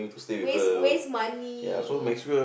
waste waste money